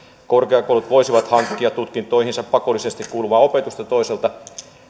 korkeakoulut voisivat hankkia tutkintoihinsa pakollisesti kuuluvaa opetusta toiselta